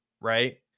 right